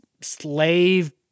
slave